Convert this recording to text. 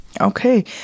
Okay